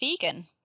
vegan